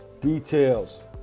details